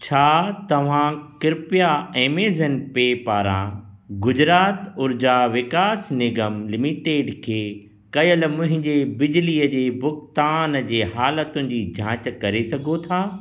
छा तव्हां कृपया एमेज़न पे पारां गुजरात ऊर्जा विकास निगम लिमिटेड खे कयल मुंहिंजे बिजली जी भुगतानु जे हालतुनि जी जांचु करे सघो था